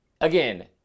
again